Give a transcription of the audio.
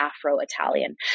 Afro-Italian